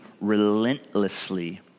relentlessly